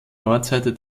nordseite